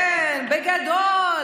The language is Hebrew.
כן, בגדול.